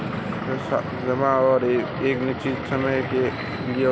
सुकृति का सावधि जमा खाता एक निश्चित समय के लिए है